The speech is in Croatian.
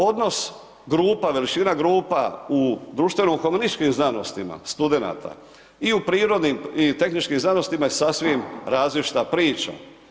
Odnos grupa, veličina grupa u društveno-komunističkim znanostima studenata i u prirodnim i tehničkim znanostima je sasvim različita priča.